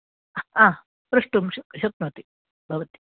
हा प्रष्टुम् शक्नोति भवती